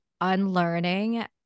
unlearning